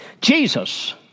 Jesus